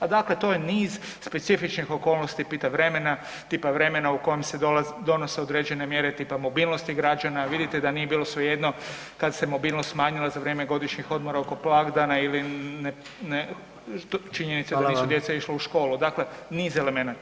A dakle to je niz specifičnih okolnosti, tipa vremena u kojem se donose određene mjere, tipa mobilnosti građana, vidite da nije bilo svejedno, ta se mobilnost smanjila za vrijeme godišnjih odmora oko blagdana ili činjenica da nisu djeca išla u školu [[Upadica predsjednik: Hvala vam.]] Dakle, niz elemenata.